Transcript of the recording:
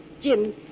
Jim